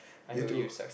you too